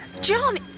John